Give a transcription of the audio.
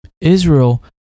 Israel